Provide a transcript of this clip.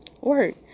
work